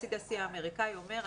ה-CDC האמריקאי אומר,